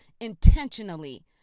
intentionally